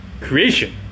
Creation